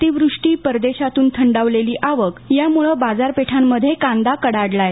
अतिवृष्टी परदेशातुन थंडावलेली आवक यामुळे बाजारपेठांमध्ये कांदा कडाडला आहे